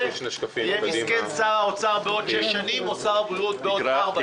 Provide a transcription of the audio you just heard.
יהיה מסכן שר האוצר בעוד שש שנים או שר הבריאות בעוד ארבע שנים.